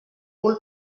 cul